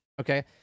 okay